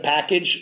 package